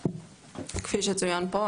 כפי שצוין פה,